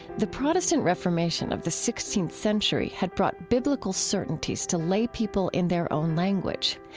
the protestant reformation of the sixteenth century had brought biblical certainties to laypeople in their own language.